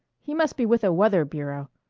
he must be with a weather bureau.